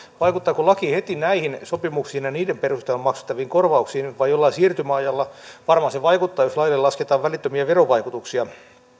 vaikuttaako laki heti näihin sopimuksiin ja niiden perusteella maksettaviin korvauksiin vai jollain siirtymäajalla varmaan se vaikuttaa jos laille lasketaan välittömiä verovaikutuksia